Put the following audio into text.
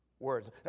words